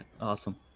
awesome